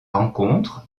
rencontre